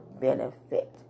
benefit